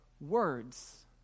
words